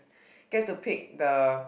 get to pick the